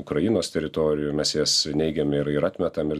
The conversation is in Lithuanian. ukrainos teritorijoj ir mes jas neigiam ir ir atmetam ir